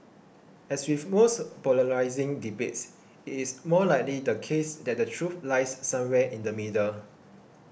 as with most polarising debates it is most likely the case that the truth lies somewhere in the middle